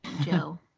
Joe